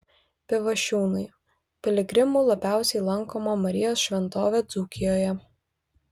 pivašiūnai piligrimų labiausiai lankoma marijos šventovė dzūkijoje